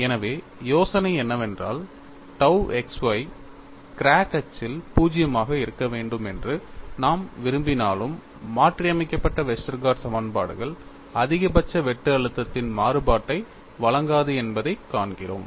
எனவே யோசனை என்னவென்றால் tau xy கிராக் அச்சில் 0 ஆக இருக்க வேண்டும் என்று நாம் விரும்பினாலும் மாற்றியமைக்கப்பட்ட வெஸ்டர்கார்ட் சமன்பாடுகள் அதிகபட்ச வெட்டு அழுத்தத்தின் மாறுபாட்டை வழங்காது என்பதைக் காண்கிறோம்